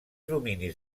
dominis